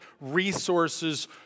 resources